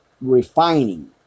refining